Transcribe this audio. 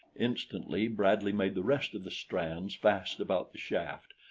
instantly bradley made the rest of the strands fast about the shaft,